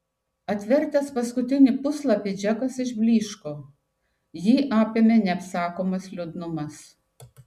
atvertęs paskutinį puslapį džekas išblyško jį apėmė neapsakomas liūdnumas